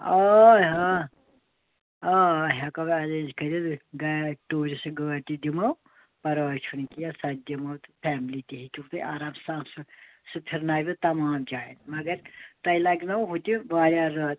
آے آ آ ہیٚکوؤے ایٚرینج کٔرِتھ گا ٹیٛوٗرِسٹہٕ گٲڑۍ تہِ دِمو پرواے چھُنہٕ کیٚنٛہہ سۄ تہِ دِمو تہٕ فیملی تہِ ہیٚکِو تُہۍ آرام سان سُہ سُہ پھِرنایوٕ تمام جایَن مگر تۄہہِ لَگِنو ہوٚتہِ واریاہ رٲژٕ